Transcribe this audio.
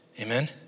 Amen